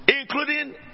including